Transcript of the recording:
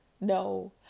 no